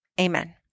amen